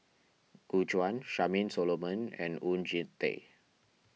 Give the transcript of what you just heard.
Gu Juan Charmaine Solomon and Oon Jin Teik